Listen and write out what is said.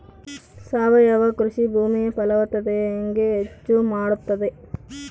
ಸಾವಯವ ಕೃಷಿ ಭೂಮಿಯ ಫಲವತ್ತತೆ ಹೆಂಗೆ ಹೆಚ್ಚು ಮಾಡುತ್ತದೆ?